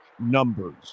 numbers